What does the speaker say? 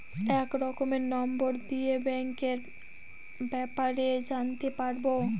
এক রকমের নম্বর দিয়ে ব্যাঙ্কের ব্যাপারে জানতে পারবো